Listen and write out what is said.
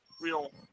real